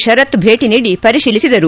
ಶರತ್ ಭೇಟಿ ನೀಡಿ ಪರಿತೀಲಿಸಿದರು